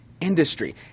industry